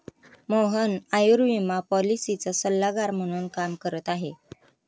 मोहन आयुर्विमा पॉलिसीचा सल्लागार म्हणून काम करत आहे